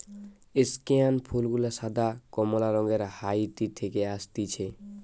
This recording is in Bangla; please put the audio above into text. স্কেয়ান ফুল গুলা সাদা, কমলা রঙের হাইতি থেকে অসতিছে